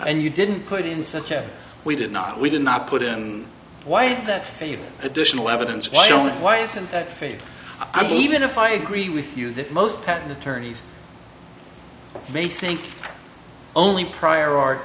and you didn't put in such as we did not we did not put in why did that favor additional evidence why don't why isn't that fake i mean even if i agree with you that most patent attorneys may think only prior art